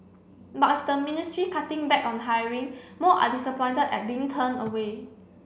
but of the ministry cutting back on hiring more are disappointed at being turned away